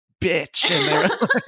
bitch